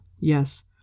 Yes